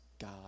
God